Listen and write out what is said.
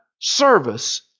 service